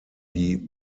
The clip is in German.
die